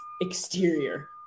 exterior